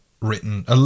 written